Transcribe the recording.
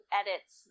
edits